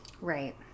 right